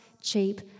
cheap